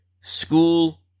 school